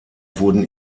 wurden